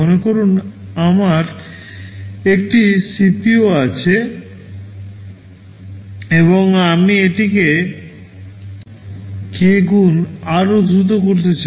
মনে করুন আমার একটি CPU আছে এবং আমি এটিকে কে গুণ আরও দ্রুত করতে চাই